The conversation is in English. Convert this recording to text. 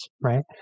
right